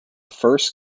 first